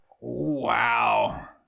Wow